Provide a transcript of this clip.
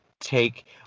take